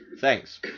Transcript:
Thanks